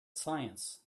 science